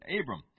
Abram